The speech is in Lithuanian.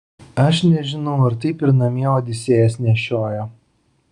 aš nežinau ar taip ir namie odisėjas nešiojo